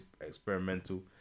experimental